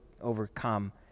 overcome